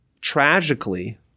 tragically